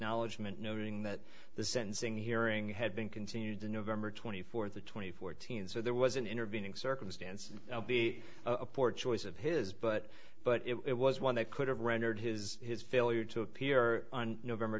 acknowledgment knowing that the sentencing hearing had been continued to november twenty fourth the twenty fourteen so there was an intervening circumstance be a poor choice of his but but it was one that could have rendered his his failure to appear on november